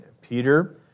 Peter